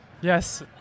Yes